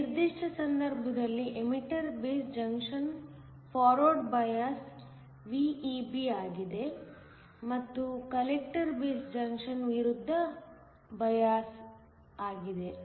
ಈ ನಿರ್ದಿಷ್ಟ ಸಂದರ್ಭದಲ್ಲಿ emitter base junction forward bias VEB ಆಗಿದೆ ಮತ್ತು ಕಲೆಕ್ಟರ್ ಬೇಸ್ ಜಂಕ್ಷನ್ ವಿರುದ್ಧ ಬಯಾಸ್ ವಾಗಿದೆ